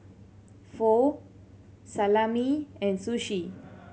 Pho Salami and Sushi